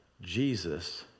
Jesus